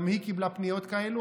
גם היא קיבלה פניות כאלה.